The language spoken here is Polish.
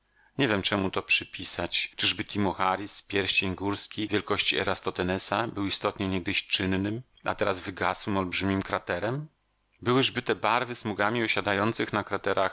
nie wiem czemu to przypisać czyżby timocharis pierścień górski wielkości eratosthenesa był istotnie niegdyś czynnym a teraz wygasłym olbrzymim kraterem byłyżby te barwy smugami osiadających na kraterach